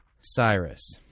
Cyrus